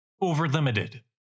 over-limited